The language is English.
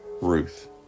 Ruth